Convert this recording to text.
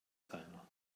keiner